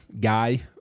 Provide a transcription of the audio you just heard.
guy